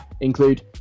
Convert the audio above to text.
Include